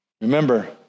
Remember